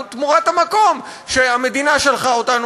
תמורת המקום שהמדינה שלחה אותנו,